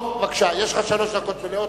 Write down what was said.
בבקשה, יש לך שלוש דקות מלאות.